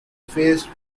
faced